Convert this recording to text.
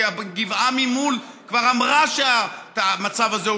כי הגבעה ממול כבר אמרה שהמצב הזה הוא